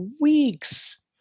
weeks